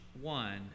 one